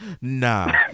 Nah